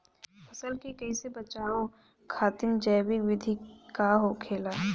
फसल के कियेसे बचाव खातिन जैविक विधि का होखेला?